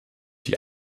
die